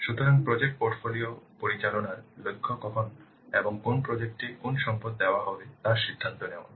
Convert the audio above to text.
সুতরাং project portfolio পরিচালনার লক্ষ্য কখন এবং কোন প্রজেক্ট এ কোন সম্পদ দেওয়া হবে তা সিদ্ধান্ত নেওয়া